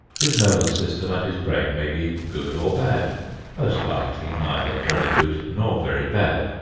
his nervous system and his brain may be good or bad most likely neither very good nor very bad.